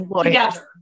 together